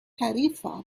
tarifa